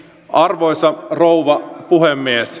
arvoisa rouva puhemies